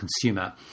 consumer